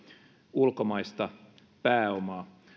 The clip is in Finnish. ulkomaista pääomaa